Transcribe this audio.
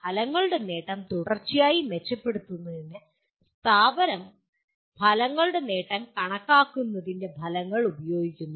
ഫലങ്ങളുടെ നേട്ടം തുടർച്ചയായി മെച്ചപ്പെടുത്തുന്നതിന് സ്ഥാപനം ഫലങ്ങളുടെ നേട്ടം കണക്കാക്കുന്നതിന്റെ ഫലങ്ങൾ ഉപയോഗിക്കുന്നു